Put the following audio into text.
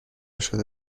شده